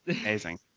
amazing